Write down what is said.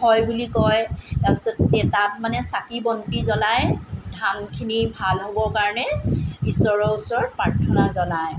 হয় বুলি কয় তাৰপিছত তাত মানে চাকি বন্তি জ্বলায় ধানখিনি ভাল হ'ব কাৰণে ইশ্বৰৰ ওচৰত প্ৰাৰ্থনা জনায়